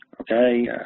okay